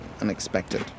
unexpected